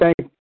thank